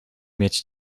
mieć